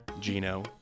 Gino